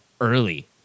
early